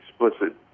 explicit